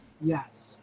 Yes